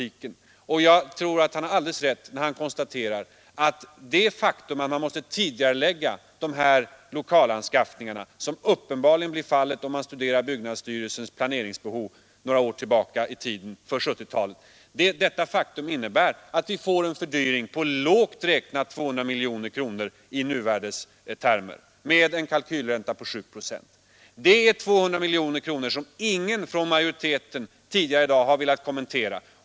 Herr Ullsten har talat om dem, och jag tror att han har alldeles rätt när han konstaterar att det genom utflyttningen är fråga om en tidigareläggning av lokalinvesteringarna. Det innebär en fördyring på lågt räknat 200 miljoner kronor i nuvärdestermer, med en kalkylränta på 7 procent. Det är 200 miljoner kronor som ingen från utskottsmajoriteten tidigare i dag har velat kommentera.